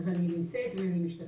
קודם כל מגיע לתקשורת ואני צריך להגיב